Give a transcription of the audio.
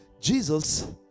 Jesus